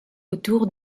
autour